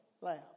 lamb